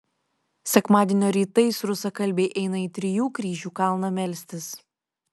sekmadienio rytais rusakalbiai eina į trijų kryžių kalną melstis